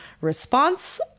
response